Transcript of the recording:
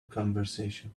conversation